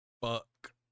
Fuck